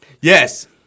Yes